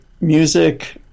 music